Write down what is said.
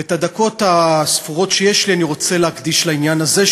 את הדקות הספורות שיש לי אני רוצה להקדיש לעניין הזה,